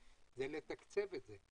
זה לתקציב את זה.